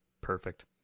perfect